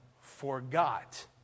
forgot